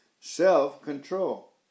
self-control